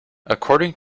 according